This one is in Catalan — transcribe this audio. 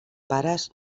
pares